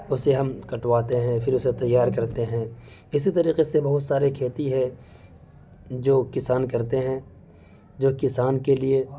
اسے ہم کٹواتے ہیں پھر اسے تیار کرتے ہیں اسی طریقے سے بہت سارے کھیتی ہے جو کسان کرتے ہیں جو کسان کے لیے